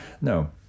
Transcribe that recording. no